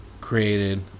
created